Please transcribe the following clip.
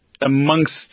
amongst